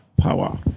power